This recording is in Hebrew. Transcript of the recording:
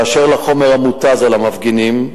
אשר לחומר המותז על המפגינים,